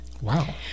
Wow